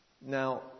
Now